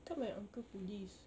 kan my uncle police